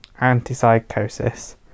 antipsychosis